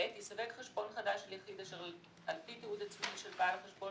(ב) יסווג חשבון חדש של יחיד אשר על פי תיעוד עצמי של בעל החשבון